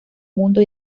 mundo